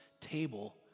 table